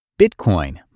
Bitcoin